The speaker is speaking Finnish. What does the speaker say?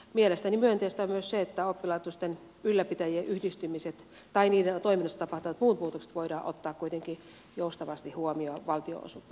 mielestäni myönteistä on myös se että oppilaitosten ylläpitäjien yhdistymiset tai niiden toiminnassa tapahtuvat muut muutokset voidaan ottaa kuitenkin joustavasti huomioon valtionosuutta myönnet täessä